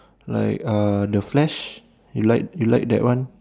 like uh the flash you like you like that one